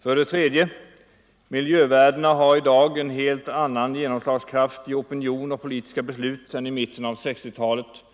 För det tredje har miljövärdena i dag en helt annan genomslagskraft i opinion och politiska beslut än i mitten av 1960-talet